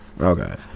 okay